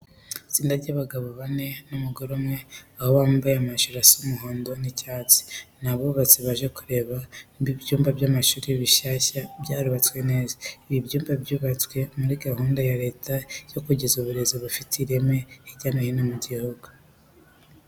Itsinda ry'abagabo bane n'umugore umwe, aho bambaye amajire asa umuhondo n'icyatsi. Ni abubatsi baje kureba niba ibyumba by'amashuri bishyashya byarubatswe neza. Ibi byumba byubatswe muri gahunda ya Leta yo kugeza uburezi bufite ireme hirya no hino mu gihugu.